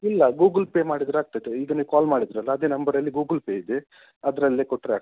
ಇಲ್ಲ ಗೂಗುಲ್ಪೇ ಮಾಡಿದರೆ ಆಗ್ತದೆ ಈಗ ನೀವು ಕಾಲ್ ಮಾಡಿದ್ದಿರಲ್ಲ ಅದೇ ನಂಬರಲ್ಲಿ ಗೂಗುಲ್ಪೇ ಇದೆ ಅದರಲ್ಲೇ ಕೊಟ್ಟರೆ ಆಗ್ತದೆ